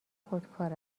خودکار